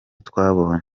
twabonye